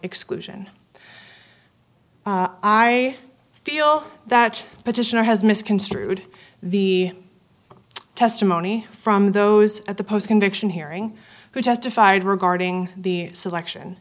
exclusion i feel that petitioner has misconstrued the testimony from those at the post conviction hearing who testified regarding the selection